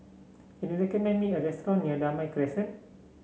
can you recommend me a restaurant near Damai Crescent